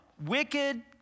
wicked